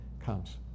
comes